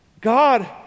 god